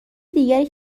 دیگری